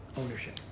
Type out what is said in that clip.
ownership